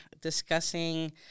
discussing